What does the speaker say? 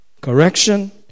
correction